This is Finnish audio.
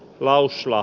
lausla